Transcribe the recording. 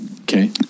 Okay